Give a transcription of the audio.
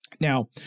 Now